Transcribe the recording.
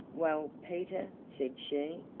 well, peter, said she.